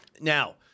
Now